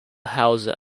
hausa